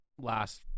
last